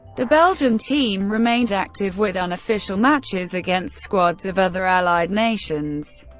the belgian team remained active with unofficial matches against squads of other allied nations.